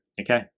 okay